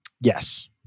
Yes